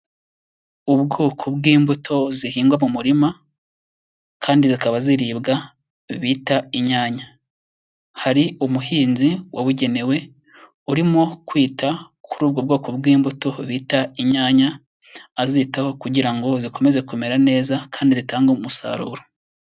Ubwoko bw'imbuto zihingwa mu murima kandi zikaba ziribwa bita inyanya, hari umuhinzi wabugenewe urimo kwita kuri ubwo bwoko bw'imbuto bita inyanya, azitaho kugira ngo zikomeze kumera neza kandi zitange umusaruro.